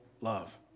love